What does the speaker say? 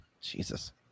Jesus